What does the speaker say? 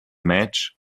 match